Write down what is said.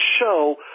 show